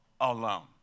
alone